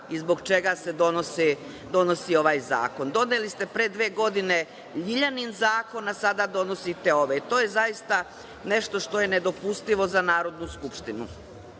i zbog čega se donosi ovaj zakon. Doneli ste pre dve godine „LJiljanin zakon“, a sada donosite ovaj. To je zaista nešto što je nedopustivo za Narodnu skupštinu.Zašto